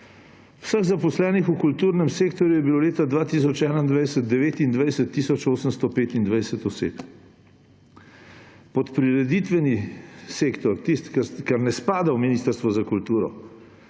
Vseh zaposlenih v kulturnem sektorju je bilo leta 2021 29 tisoč 825 oseb. Pod prireditveni sektor, tisto, kar ne spada v Ministrstvo za kulturo,